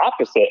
opposite